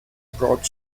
brought